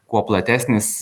kuo platesnis